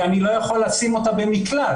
ואני לא יכול לשים אותה במקלט.